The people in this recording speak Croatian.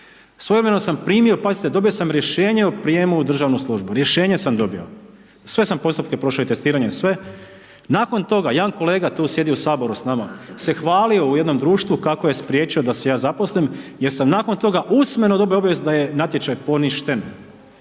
Svojevremeno sam primio, pazite dobio sam rješenje o prijemu u državnu službu, rješenje sam dobio, sve sam postupke prošao i testiranje i sve, nakon toga jedan kolega tu sjedi u saboru s nama, se hvalio u jednom društvu kako je spriječio da ja zaposlim, jer sam nakon toga usmeno dobio obavijest da je natječaj poništen.